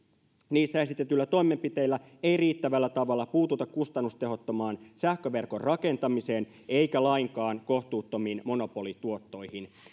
niissä esitetyillä toimenpiteillä ei riittävällä tavalla puututa kustannustehottomaan sähköverkon rakentamiseen eikä lainkaan kohtuuttomiin monopolituottoihin